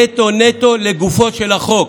נטו נטו לגופו של החוק.